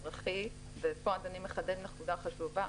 פה אדוני מחדד נקודה חשובה,